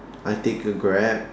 I take a Grab